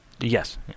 Yes